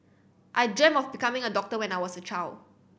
I dreamt of becoming a doctor when I was a child